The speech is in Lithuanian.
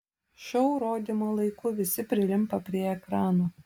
šou rodymo laiku visi prilimpa prie ekranų